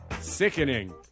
Sickening